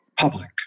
public